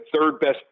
third-best